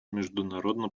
международно